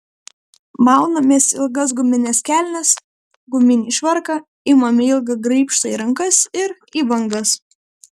maunamės ilgas gumines kelnes guminį švarką imame ilgą graibštą į rankas ir į bangas